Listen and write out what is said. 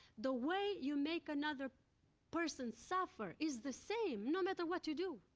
the way you make another person suffer is the same, no matter what you do.